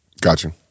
gotcha